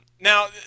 now